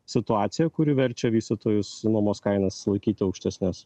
situaciją kuri verčia vystytojus nuomos kainas laikyti aukštesnes